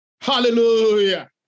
Hallelujah